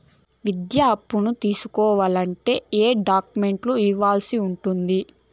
విద్యా అప్పును తీసుకోవాలంటే ఏ ఏ డాక్యుమెంట్లు ఇవ్వాల్సి ఉంటుంది